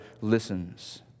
listens